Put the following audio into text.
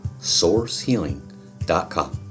sourcehealing.com